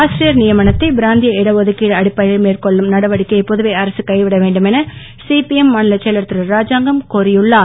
ஆசிரியர் நியமனத்தை பிராந்திய இடஒதுக்கிடு அடிப்படையில் மேற்கொள்ளும் நடவடிக்கையை புதுவை அரச கைவிட வேண்டுமென சிபிஎம் மாநிலச்செயலர் திருராஜாங்கம் கோரியுள்ளார்